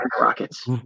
Rockets